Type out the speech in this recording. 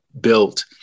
built